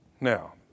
Now